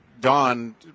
don